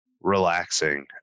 relaxing